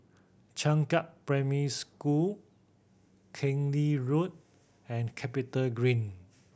Changkat Primary School Keng Lee Road and CapitaGreen